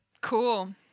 Cool